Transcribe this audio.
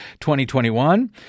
2021